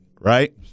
right